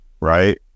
right